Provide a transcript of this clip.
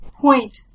point